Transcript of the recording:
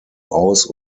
aus